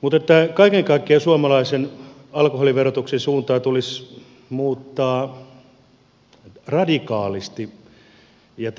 mutta kaiken kaikkiaan suomalaisen alkoholiverotuksen suuntaa tulisi muuttaa radikaalisti ja